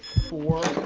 four,